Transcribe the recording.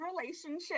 relationship